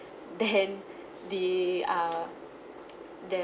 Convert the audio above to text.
then the uh there